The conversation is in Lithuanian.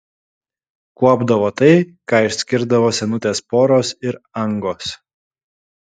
kuopdavo tai ką išskirdavo senutės poros ir angos